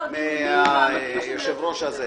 --- שולי,